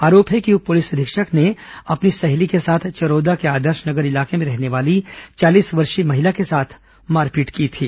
आरोप है कि उप पुलिस अधीक्षक ने अपनी सहेली के साथ चरोदा के आदर्श नगर इलाके में रहने वाली चालीस वर्षीय महिला के साथ मारपीट की थी